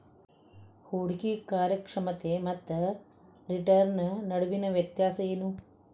ಹೂಡ್ಕಿ ಕಾರ್ಯಕ್ಷಮತೆ ಮತ್ತ ರಿಟರ್ನ್ ನಡುವಿನ್ ವ್ಯತ್ಯಾಸ ಏನು?